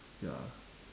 ya